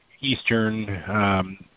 eastern